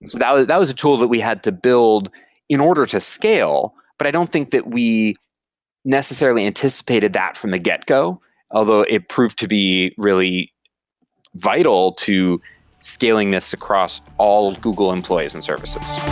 that was that was a tool that we had to build in order to scale, but i don't think that we necessarily anticipated that from the get-go, although it proved to be really vital to scaling this across all google employees and services.